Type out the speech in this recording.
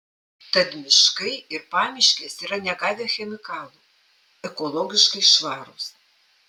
tad miškai ir pamiškės yra negavę chemikalų ekologiškai švarūs